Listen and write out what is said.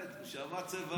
הוא שמע צבע אדום באמת.